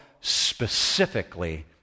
specifically